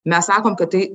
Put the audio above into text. mes sakom kad tai